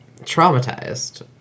traumatized